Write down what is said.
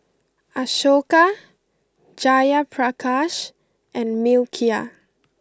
Ashoka Jayaprakash and Milkha